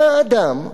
בא אדם,